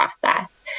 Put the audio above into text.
process